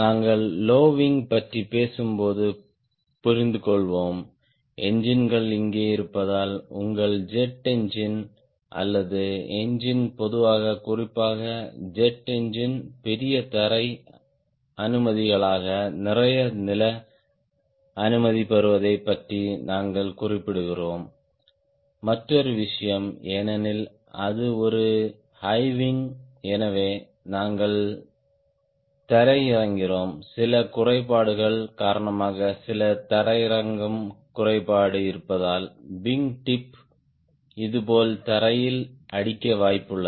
நாங்கள் low wing பற்றி பேசும்போது புரிந்துகொள்வோம் என்ஜின்கள் இங்கே இருப்பதால் உங்கள் ஜெட் என்ஜின் அல்லது எஞ்சின் பொதுவாக குறிப்பாக ஜெட் என்ஜின் பெரிய தரை அனுமதிகளாக நிறைய நில அனுமதி பெறுவதைப் பற்றி நாங்கள் குறிப்பிடுகிறோம் மற்றொரு விஷயம் ஏனெனில் அது ஒரு ஹை விங் எனவே நாங்கள் தரையிறங்குகிறோம் சில குறைபாடுகள் காரணமாக சில தரையிறங்கும் குறைபாடு இருப்பதால் விங் டிப் இதுபோல் தரையில் அடிக்க வாய்ப்புள்ளது